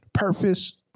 purpose